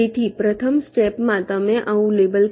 તેથી પ્રથમ સ્ટેપ માં તમે આવું લેબલ કરી રહ્યાં છો